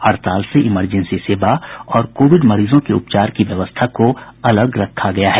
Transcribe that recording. हड़ताल से इमरजेंसी सेवा और कोविड मरीजों के उपचार की व्यवस्था को अलग रखा गया है